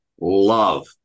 love